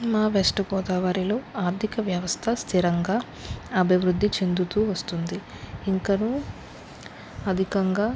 మా వెస్ట్ గోదావరిలో ఆర్థిక వ్యవస్థ స్థిరంగా అభివృద్ధి చెందుతూ వస్తుంది ఇంకనూ అధికంగా